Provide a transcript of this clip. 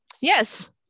yes